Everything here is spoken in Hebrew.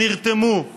שנרתמו.